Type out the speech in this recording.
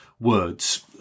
words